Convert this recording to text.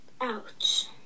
Ouch